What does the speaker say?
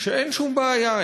שאין שום בעיה,